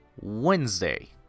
Wednesday